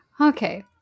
Okay